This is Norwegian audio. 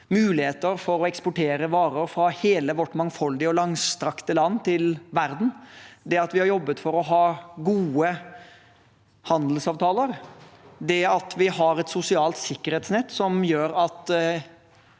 muligheter for å eksportere varer fra hele vårt mangfoldige og langstrakte land til verden, at vi har jobbet for å ha gode handelsavtaler, at vi har et sosialt sikkerhetsnett som gjør at